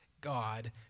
God